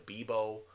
Bebo